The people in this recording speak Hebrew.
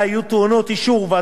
אם אדם שירת בצבא,